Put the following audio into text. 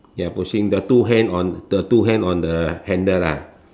ya pushing the two hand on the two hand on the handle lah